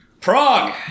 Prague